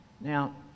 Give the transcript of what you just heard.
Now